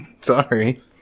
Sorry